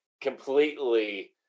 completely –